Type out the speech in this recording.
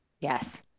Yes